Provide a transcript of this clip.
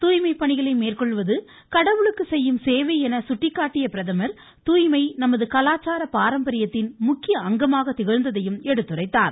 தூய்மை பணிகளை மேற்கொள்வது கடவுளுக்கு செய்யும் சேவை என சுட்டிக்காட்டிய பிரதமர் தூய்மை நமது கலாச்சார பாரம்பரியத்தின் முக்கிய அங்கமாக திகழ்ந்ததையும் எடுத்துரைத்தார்